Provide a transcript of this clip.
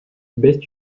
best